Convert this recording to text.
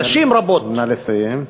נשים רבות, נא לסיים.